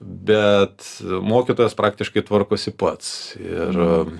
bet mokytojas praktiškai tvarkosi pats ir